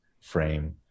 frame